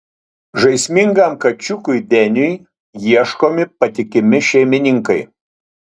žaismingam kačiukui deniui ieškomi patikimi šeimininkai